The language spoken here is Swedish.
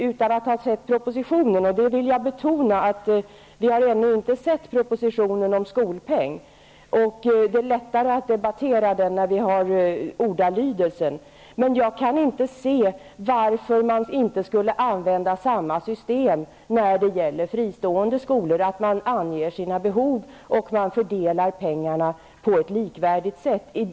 Utan att ha läst propositionen -- och jag vill betona att vi ännu inte har sett propositionen om skolpeng, och det är lättare att debattera den när vi har ordalydelsen i den -- kan jag inte säga varför man inte skulle använda samma system när det gäller fristående skolor, att man anger behoven och fördelar pengarna på ett likvärdigt sätt.